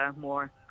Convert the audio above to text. more